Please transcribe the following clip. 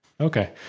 okay